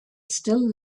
still